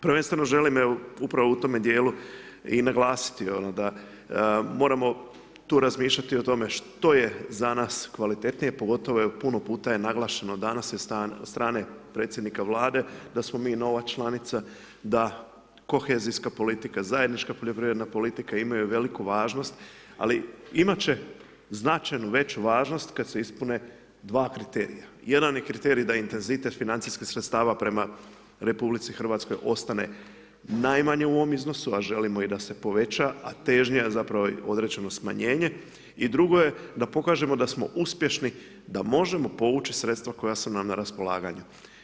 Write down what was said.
Prvenstveno želim, evo, upravo u tome dijelu i naglasiti, ono, da, moramo tu razmišljati o tome što je za nas kvalitetnije, pogotovo, evo, puno puta je naglašeno danas od strane predsjednika Vlade, da smo mi nova članica, da kohezijska politika, zajednička poljoprivredna politika imaju veliku važnost ali imati će značajno veću važnost kada se ispune Jedan je kriterij da intenzitet financijskih sredstava prema RH ostane najmanje u ovom iznosu, a želimo da se poveća, a težnja je zapravo određeno smanjenje i drugo je da pokažemo da smo uspješni da možemo poveći sredstva koja su nam na raspolaganje.